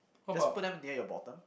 just put them near your bottom